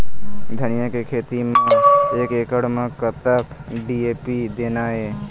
धनिया के खेती म एक एकड़ म कतक डी.ए.पी देना ये?